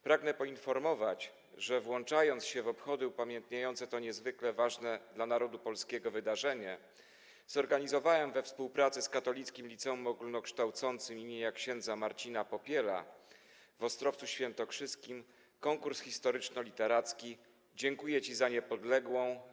Pragnę poinformować, że włączając się w obchody upamiętniające to niezwykle ważne dla narodu polskiego wydarzenie, zorganizowałem we współpracy z Katolickim Liceum Ogólnokształcącym im. ks. Marcina Popiela w Ostrowcu Świętokrzyskim konkurs historyczno-literacki pn. „Dziękuję Ci za Niepodległą.